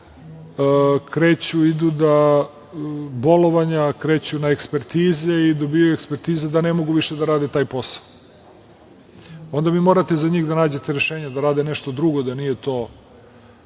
stalno idu na bolovanja, kreću na ekspertize i dobijaju ekspertize da ne mogu više da rade taj posao. Onda vi morate za njih da nađete rešenje, da rade nešto drugo, da nije to,